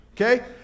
okay